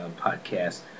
podcast